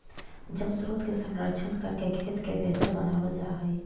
जलस्रोत के संरक्षण करके खेत के बेहतर बनावल जा हई